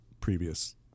previous